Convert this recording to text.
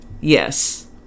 Yes